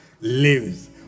lives